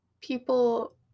people